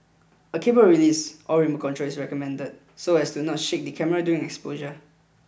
cable release or remote control is recommended so as not to shake the camera during exposure